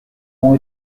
ont